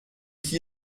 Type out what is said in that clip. qui